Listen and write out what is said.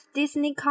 Disney